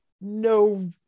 no